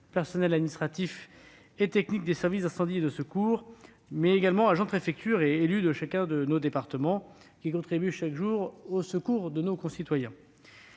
personnels administratifs et techniques des services d'incendie et de secours, mais également des agents de préfecture et des élus de chacun de nos départements qui contribuent chaque jour au secours de nos concitoyens.